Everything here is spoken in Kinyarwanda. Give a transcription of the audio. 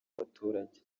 abaturage